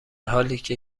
حالیکه